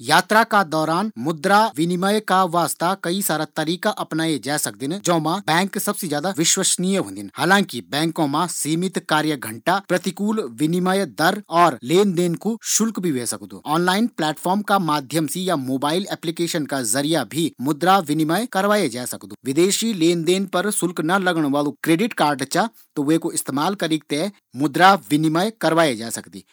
यात्रा का दौरान मुद्रा विनिमय का वास्ता कई सारा तरीका अपनाये जै सकदिन जौमाँ बैंक सबसे ज्यादा विश्वासनीय होंदिन। हालांकि बैंकों मा सीमित कार्यघण्टा, प्रतिकूल विनिमय दर और लेन देन कू शुल्क भी ह्वे सकदु। ऑनलाइन प्लेटफॉर्म का माध्यम से या मोबाइल एप्लीकेशन का जरिया भी मुद्रा विनिमय कराये जै सकदु। विदेशी लेन देन पर शुल्क ना लगण वालू क्रेडिट कार्ड च ता विकू इस्तेमाल करीक थें मुद्रा विनिमय कराये जै सकदी।